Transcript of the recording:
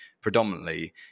predominantly